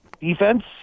defense